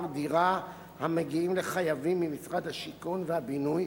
דירה המגיעים לחייבים ממשרד השיכון והבינוי,